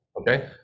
Okay